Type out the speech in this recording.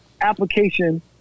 application